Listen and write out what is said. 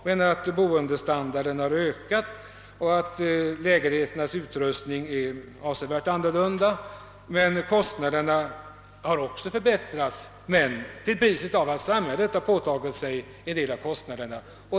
Men boendestandarden har ökat och lägenhetsutrustningen blivit en helt annan, Detta har emellertid skett till priset av att samhället åtagit sig en del av 'kostnaderna.